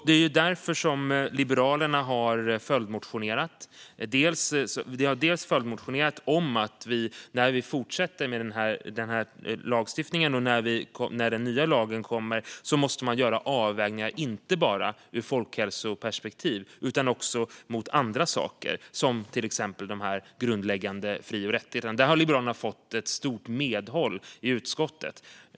Det är därför Liberalerna har följdmotionerat. Vi har följdmotionerat om att vi när vi fortsätter med den här lagstiftningen och när den nya lagen kommer måste göra avvägningar inte bara ur folkhälsoperspektiv utan också mot andra saker, till exempel grundläggande fri och rättigheter. Där har Liberalerna fått stort medhåll i utskottet.